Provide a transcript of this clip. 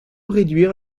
réduire